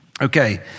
Okay